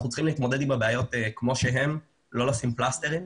אנחנו צריכים להתמודד עם הבעיות כמו שהן ולא לשים פלסטרים.